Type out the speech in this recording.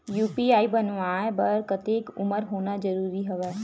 UPI बनवाय बर कतेक उमर होना जरूरी हवय?